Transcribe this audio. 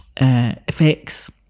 effects